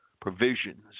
provisions